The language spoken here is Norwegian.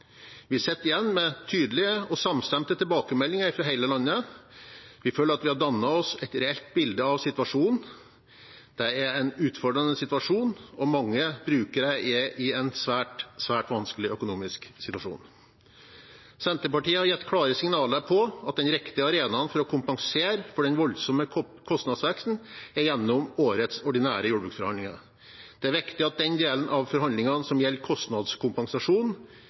Vi sitter igjen med tydelige og samstemte tilbakemeldinger fra hele landet. Vi føler at vi har dannet oss et reelt bilde av situasjonen. Det er en utfordrende situasjon, og mange brukere er i en svært, svært vanskelig økonomisk situasjon. Senterpartiet har gitt klare signaler om at den riktige arenaen for å kompensere for den voldsomme kostnadsveksten er gjennom årets ordinære jordbruksforhandlinger. Det er viktig at den delen av forhandlingene som gjelder kostnadskompensasjon,